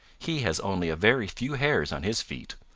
he has only a very few hairs on his feet.